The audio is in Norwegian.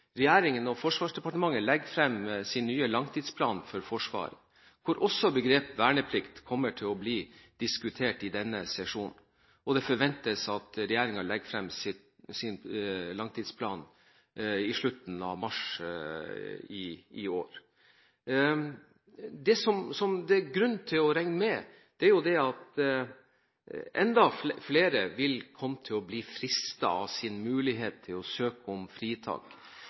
regjeringen og Forsvarsdepartementet legger frem sin nye langtidsplan for Forsvaret i denne sesjonen, hvor også begrepet «verneplikt» kommer til å bli diskutert. Det forventes at regjeringen legger frem sin langtidsplan i slutten av mars i år. Det som det er grunn til å regne med, er at enda flere vil komme til å bli fristet av muligheten til å søke om fritak.